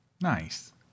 Nice